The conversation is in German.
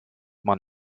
man